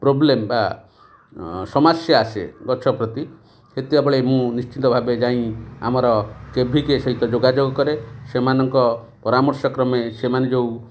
problem ବା ସମସ୍ୟା ଆସେ ଗଛ ପ୍ରତି ହେତେବେଳେ ମୁଁ ନିଶ୍ଚିତ ଭାବେ ଯାଇ ଆମର କେଭିକେ ସହିତ ଯୋଗାଯୋଗ କରେ ସେମାନଙ୍କ ପରାମର୍ଶକ୍ରମେ ସେମାନେ ଯେଉଁ